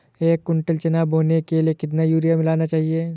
एक कुंटल चना बोने के लिए कितना यूरिया मिलाना चाहिये?